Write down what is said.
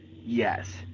Yes